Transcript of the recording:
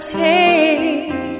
take